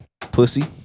Pussy